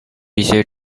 一些